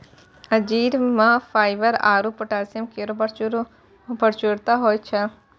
अंजीर म फाइबर आरु पोटैशियम केरो प्रचुरता होय छै